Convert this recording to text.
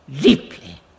deeply